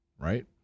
right